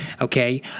Okay